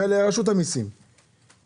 גם לרשות המסים אין את המחקרים.